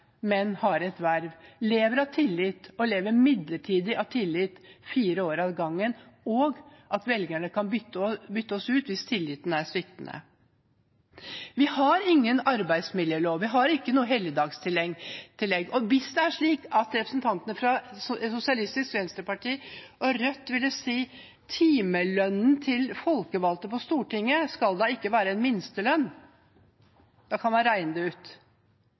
men har et verv, lever av tillit og lever midlertidig av tillit i fire år av gangen, og at velgerne kan bytte oss ut hvis tilliten er sviktende. Vi har ingen arbeidsmiljølov, vi har ikke noe helligdagstillegg. Og hvis det er slik at representantene fra Sosialistisk Venstreparti og Rødt vil si at timelønnen til folkevalgte på Stortinget skal da ikke være en minstelønn – da kan man regne det ut.